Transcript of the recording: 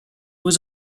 was